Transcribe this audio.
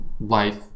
life